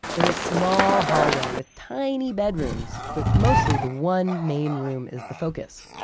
there's a small hallway with tiny bedrooms, but mostly the one main room is the focus.